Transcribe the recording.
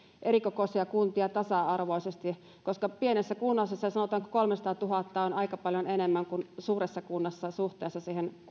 erikokoisia kuntia tasa arvoisesti koska pienessä kunnassa sanotaanko kolmesataatuhatta on aika paljon enemmän kuin suuressa kunnassa suhteessa